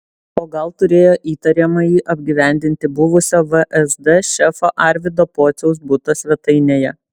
o gal turėjo įtariamąjį apgyvendinti buvusio vsd šefo arvydo pociaus buto svetainėje